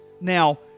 Now